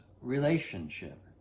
relationship